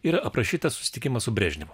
yra aprašytas susitikimas su brežnevu